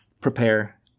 prepare